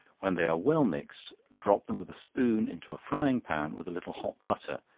when they are well mixed, drop them with a spoon into a frying-pan with a little hot butter,